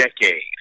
decade